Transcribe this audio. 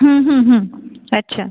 अच्छा